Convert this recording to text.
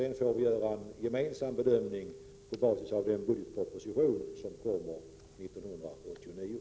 Sedan får vi göra en gemensam bedömning på basis av budgetpropositionen 1989.